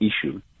issue